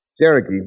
Cherokee